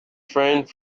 framed